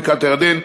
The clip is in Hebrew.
בקעת-הירדן,